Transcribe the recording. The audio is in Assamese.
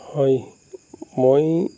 হয় মই